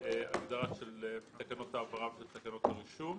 הגדרה של תקנות העברה ותקנות הרישום.